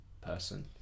person